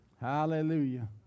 Hallelujah